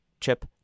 chip